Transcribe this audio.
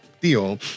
deal